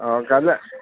অঁ কাইলৈ